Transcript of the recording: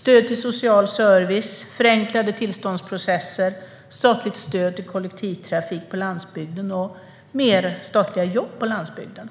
stöd till social service, förenklade tillståndsprocesser, statligt stöd till kollektivtrafik på landsbygden och fler statliga jobb på landsbygden.